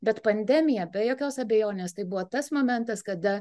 bet pandemija be jokios abejonės tai buvo tas momentas kada